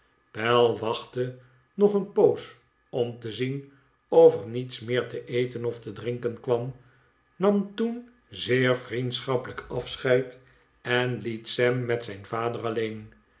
pell wachtte nog een poos om te zien of er niets meer te eten of te drinken kwam nam toen zeer vriendschappelijk afscheid en liet sam met zijn vader alleen